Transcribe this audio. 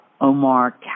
Omar